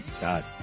God